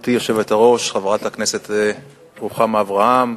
גברתי היושבת-ראש, חברת הכנסת רוחמה אברהם,